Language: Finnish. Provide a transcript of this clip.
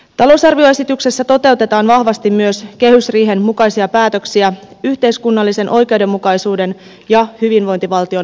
talousarvioesityksessä toteutetaan vahvasti myös kehysriihen mukaisia päätöksiä yhteiskunnallisen oikeudenmukaisuuden ja hyvinvointivaltion vahvistamiseksi